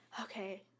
okay